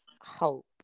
hope